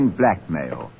blackmail